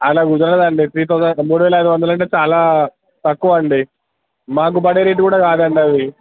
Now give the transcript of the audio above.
అలా కుదరదండి three thousand మూడు వేల ఐదు వందలు అంటే చాలా తక్కువ అండి మాకు పడే రేటు కూడా కాదండి అది